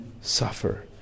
suffer